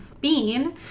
Bean